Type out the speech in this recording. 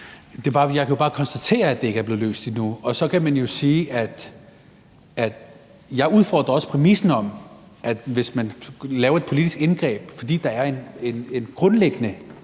Jeg kan jo bare konstatere, at det ikke er blevet løst endnu, og så kan man jo sige, at jeg også udfordrer præmissen om, at hvis man laver et politisk indgreb, fordi der er en grundlæggende